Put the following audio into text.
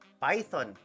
Python